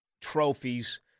trophies